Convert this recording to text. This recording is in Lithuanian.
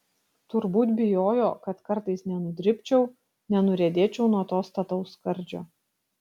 turbūt bijojo kad kartais nenudribčiau nenuriedėčiau nuo to stataus skardžio